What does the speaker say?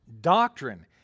doctrine